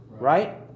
right